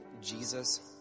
Jesus